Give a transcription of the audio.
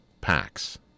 packs